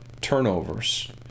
turnovers